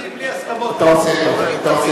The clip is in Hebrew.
אני בלי הסכמות, אתה עושה טוב.